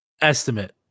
estimate